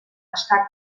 està